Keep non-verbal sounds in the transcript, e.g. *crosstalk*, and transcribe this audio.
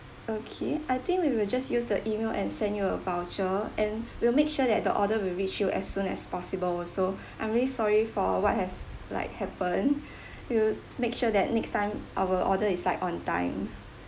okay I think we will just use the email and send you a voucher and we'll make sure that the order will reach you as soon as possible also *breath* I'm really sorry for what have like happened *breath* we'll make sure that next time our order is like on time